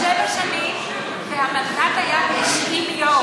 שבע שנים, והמנדט היה 90 יום.